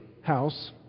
house